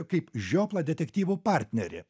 kaip žioplą detektyvų partnerį